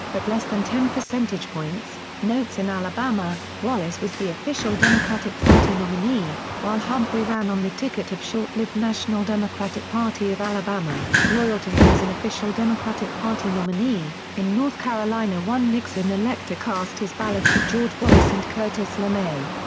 but less than ten percentage points notes in alabama, wallace was the official democratic party nominee, while humphrey ran on the ticket of short-lived national democratic party of alabama, loyal to him as an official democratic party nominee in north carolina one nixon elector cast his ballot for george wallace and curtis lemay.